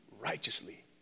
righteously